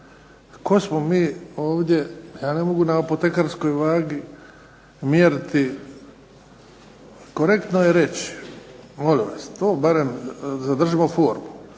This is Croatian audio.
Tko smo mi ovdje, ja ne mogu na apotekarskoj vagi mjeriti. Korektno je reći, molim vas, to barem zadržimo formu.